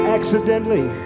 Accidentally